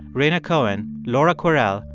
rhaina cohen, laura kwerel,